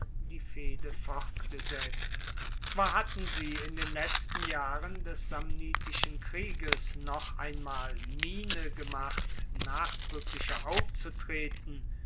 die fehde fortgesetzt zwar hatten sie in den letzten jahren des samnitischen krieges noch einmal miene gemacht nachdruecklicher aufzutreten